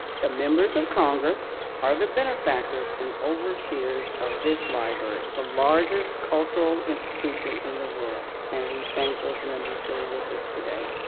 the members of congress are the benefactors, and overseers of this library, the largest cultural institution in the world, and we thank those members who are with us today.